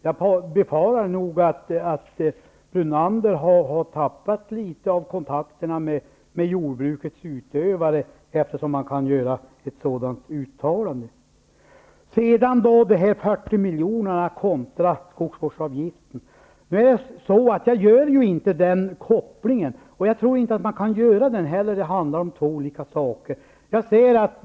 Jag befarar att Lennart Brunander har tappat litet av kontakterna med jordbrukets utövare, eftersom han kan göra ett sådant uttalande. Jag gör inte någon koppling mellan de 40 miljonerna och skogsvårdavgiften. Jag tror inte att man kan göra det. Det handlar om två olika saker.